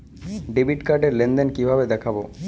Debit card র লেনদেন কিভাবে দেখবো?